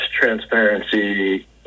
transparency